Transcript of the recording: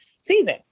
season